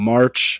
March